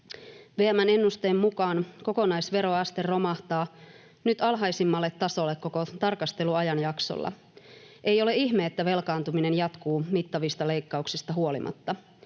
VM:n ennusteen mukaan kokonaisveroaste romahtaa nyt alhaisimmalle tasolle koko tarkasteluajanjaksolla. Ei ole ihme, että velkaantuminen jatkuu mittavista leikkauksista huolimatta.